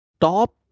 top